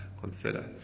consider